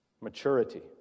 Maturity